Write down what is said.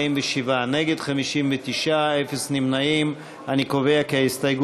קבוצת סיעת המחנה הציוני וקבוצת סיעת